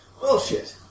Bullshit